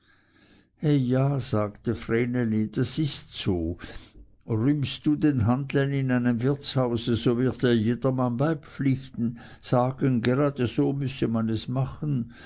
ja sagte vreneli das ist so rühmst du den handel in einem wirtshause so wird dir jedermann beipflichten sagen gerade so müsse man es machen